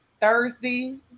Thursday